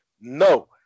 No